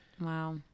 Wow